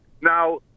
Now